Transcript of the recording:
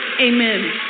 Amen